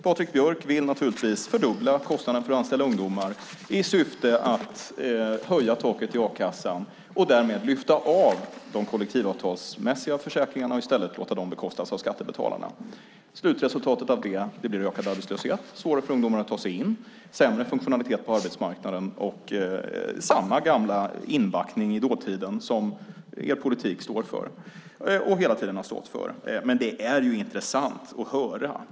Patrik Björck vill naturligtvis fördubbla kostnaden för att anställa ungdomar i syfte att höja taket i a-kassan och därmed lyfta av de kollektivavtalsmässiga försäkringarna och i stället låta dem bekostas av skattebetalarna. Slutresultatet av det blir ökad arbetslöshet, svårare för ungdomar att ta sig in, sämre funktionalitet på arbetsmarknaden och samma gamla inbackning i dåtiden som er politik står för och hela tiden har stått för. Det är intressant att höra allt detta.